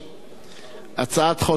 הצעת חוק רשות השידור (תיקון,